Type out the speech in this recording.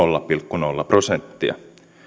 nolla prosenttia